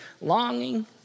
longing